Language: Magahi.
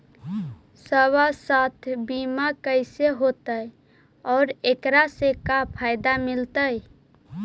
सवासथ बिमा कैसे होतै, और एकरा से का फायदा मिलतै?